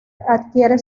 adquiere